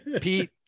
pete